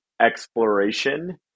exploration